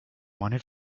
wanted